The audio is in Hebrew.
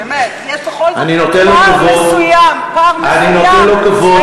באמת, יש בכל זאת פער מסוים, אני נותן לו כבוד.